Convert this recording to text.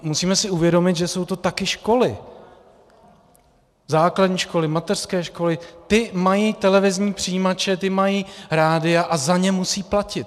Musíme si uvědomit, že jsou to také školy, základní školy, mateřské školy, ty mají televizní přijímače, mají rádia a za ně musí platit.